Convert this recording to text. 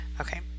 okay